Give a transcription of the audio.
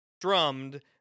drummed